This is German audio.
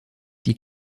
die